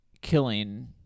killing